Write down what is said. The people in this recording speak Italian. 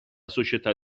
società